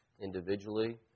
Individually